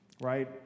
right